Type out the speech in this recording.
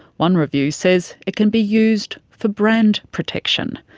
one review says it can be used for brand protection.